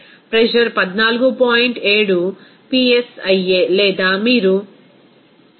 7 psia లేదా మీరు 101